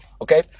Okay